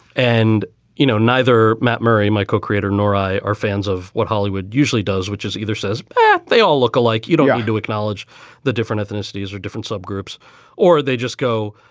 and you know, neither matt murray, my co-creator nor i are fans of what hollywood usually does, which is either says they all look alike you don't want to acknowledge the different ethnicities or different subgroups or they just go,